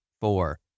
four